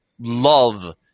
love